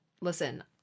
listen